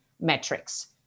metrics